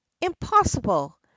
Impossible